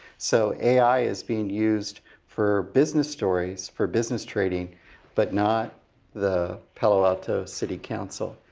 so ai is being used for business stories, for business trading but not the palo alto's city council.